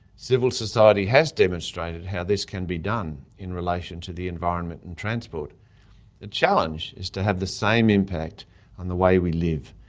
civil society has demonstrated how this can be done in relation to the environment and transport the challenge is to have the same impact on the way we live.